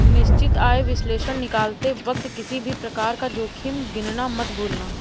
निश्चित आय विश्लेषण निकालते वक्त किसी भी प्रकार का जोखिम गिनना मत भूलना